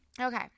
Okay